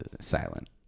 silent